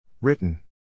Written